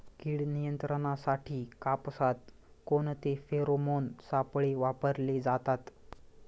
कीड नियंत्रणासाठी कापसात कोणते फेरोमोन सापळे वापरले जातात?